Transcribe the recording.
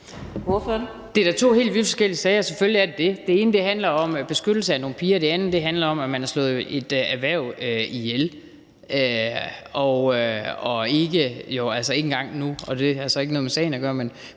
Det er da to vidt forskellige sager, selvfølgelig er det det. Det ene handler om beskyttelse af nogle piger, det andet handler om, at man har slået et erhverv ihjel – og at man jo ikke engang endnu, men det har så ikke noget med sagen at gøre,